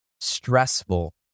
stressful